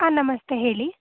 ಹಾಂ ನಮಸ್ತೆ ಹೇಳಿ